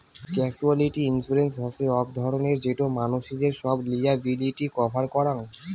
casualty insurance হসে আক ধরণের যেটো মানসিদের সব লিয়াবিলিটি কভার করাং